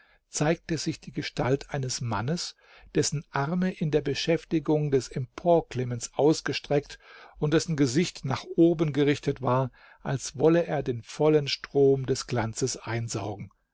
zeigte sich die gestalt eines mannes dessen arme in der beschäftigung des emporklimmens ausgestreckt und dessen gesicht nach oben gerichtet war als wolle er den vollen strom des glanzes einsaugen